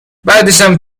بعدشم